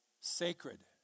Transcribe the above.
sacred